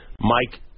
Mike